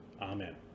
amen